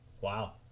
Wow